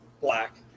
Black